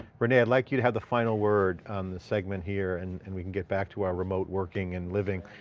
renee, i'd like you to have the final word on the segment here and and we can get back to our remote working and living.